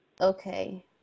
Okay